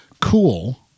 cool –